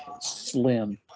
slim